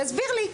תסביר לי.